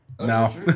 No